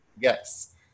Yes